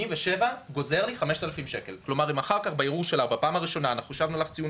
87 גוזר לי 5,000. זאת אומרת אם בפעם הראשונה חישבנו לך ציון